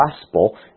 gospel